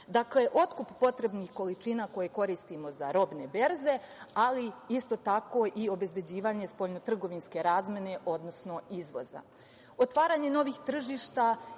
otkup potrebnih količina koje koristimo za robne berze, ali isto tako i obezbeđivanje spoljnotrgovinske razmene, odnosno izvoza. Otvaranje novih tržišta